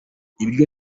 ibiryo